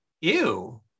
ew